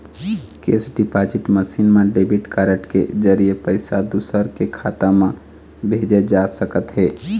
cash deposit machine म debit card के जरिए पइसा दूसर के खाता म भेजे जा सकत हे